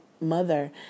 mother